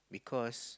because